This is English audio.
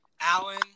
Allen